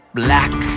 black